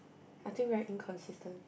I think very inconsistent